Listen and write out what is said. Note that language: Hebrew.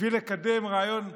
בשביל לקדם רעיון משיחי,